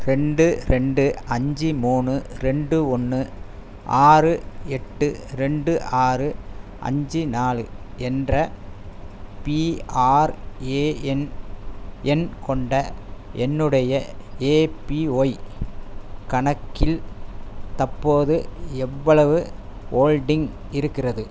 ரெண்டு ரெண்டு அஞ்சு மூணு ரெண்டு ஒன்று ஆறு எட்டு ரெண்டு ஆறு அஞ்சு நாலு என்ற பிஆர்ஏஎன் எண் கொண்ட என்னுடைய ஏபிஒய் கணக்கில் தற்போது எவ்வளவு ஹோல்டிங் இருக்கிறது